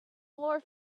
more